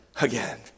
again